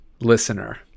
listener